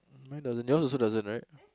mine doesn't yours also doesn't right